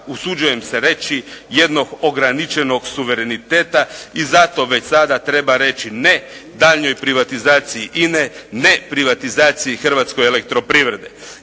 usuđujem se reći jednog ograničenog suvereniteta i zato već sada treba reći ne daljnjoj privatizaciji INA-e, ne privatizaciji Hrvatskoj elektroprivredi.